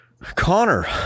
Connor